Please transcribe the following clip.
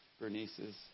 Bernice's